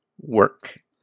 work